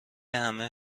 همه